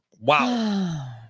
Wow